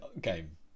game